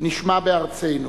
נשמע בארצנו.